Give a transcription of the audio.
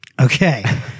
Okay